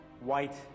white